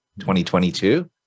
2022